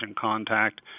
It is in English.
contact